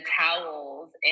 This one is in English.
towels